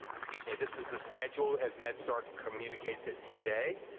excuse me, this is the schedule as medstar communicates it today.